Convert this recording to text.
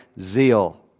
zeal